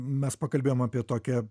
mes pakalbėjom apie tokią